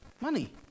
Money